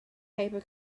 paper